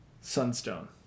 Sunstone